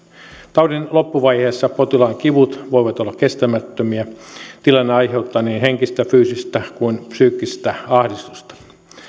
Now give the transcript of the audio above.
taudin loppuvaiheessa potilaan kivut voivat olla kestämättömiä ja tilanne aiheuttaa niin henkistä fyysistä kuin psyykkistä ahdistusta